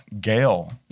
Gail